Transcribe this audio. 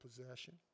possession